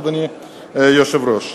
אדוני היושב-ראש.